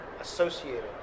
associated